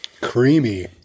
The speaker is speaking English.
creamy